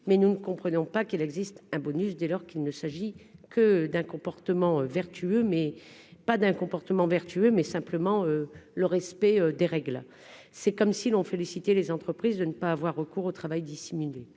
mais nous ne comprenons pas qu'il existe un bonus dès lors qu'il ne s'agit que d'un comportement vertueux, mais pas d'un comportement vertueux, mais simplement le respect des règles, c'est comme si l'ont félicité les entreprises de ne pas avoir recours au travail dissimulé,